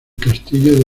castillo